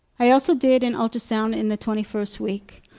i also did an ultrasound in the twenty-first week,